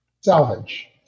Salvage